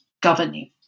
governing